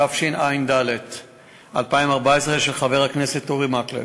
התשע"ד 2014, של חבר הכנסת אורי מקלב,